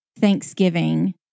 Thanksgiving